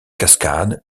cascades